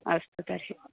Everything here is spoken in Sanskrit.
अस्तु तर्हि